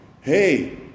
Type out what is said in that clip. Hey